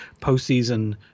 postseason